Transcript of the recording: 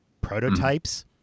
prototypes